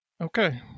Okay